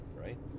right